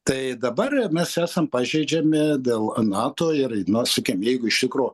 tai dabar mes esam pažeidžiami dėl nato ir nu sakim jeigu iš tikro